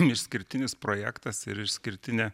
išskirtinis projektas ir išskirtinė